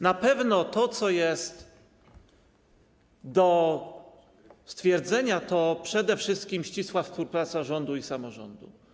Na pewno to, co jest do stwierdzenia, to przed wszystkim ścisła współpraca rządu i samorządu.